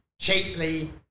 cheaply